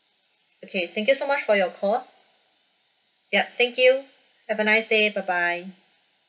okay thank you so much for your call ya thank you have a nice day bye bye